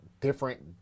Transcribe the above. different